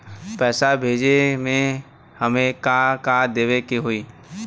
पैसा भेजे में हमे का का देवे के होई?